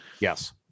Yes